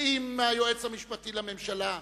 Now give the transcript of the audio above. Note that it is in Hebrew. ועם היועץ המשפטי לממשלה,